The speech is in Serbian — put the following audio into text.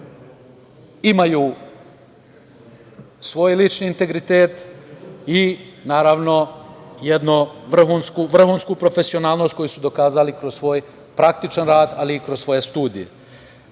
imaju svoj lični integritet i naravno jednu vrhunsku profesionalnost koju su dokazali kroz svoj praktičan rad, ali i svoje studije. Stoga